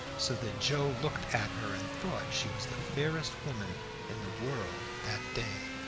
so that joe looked at her and thought she was the fairest woman in the world that day.